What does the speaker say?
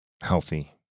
healthy